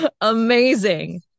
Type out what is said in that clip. Amazing